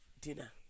dinner